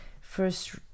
first